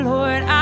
Lord